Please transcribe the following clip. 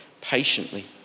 patiently